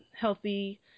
healthy